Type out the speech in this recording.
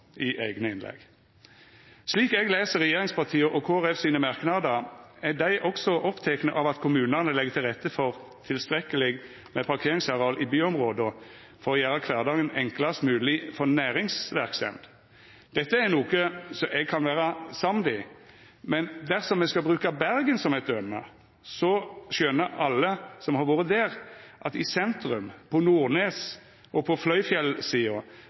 i eigne innlegg. Slik eg les regjeringspartia og Kristeleg Folkeparti sine merknader, er dei også opptekne av at kommunane legg til rette for tilstrekkeleg med parkeringsareal i byområda for å gjera kvardagen enklast mogleg for næringsverksemd. Dette er noko eg kan vera samd i. Men dersom me skal bruka Bergen som eit døme, skjønar alle som har vore der, at i sentrum, på Nordnes og på Fløyfjellsida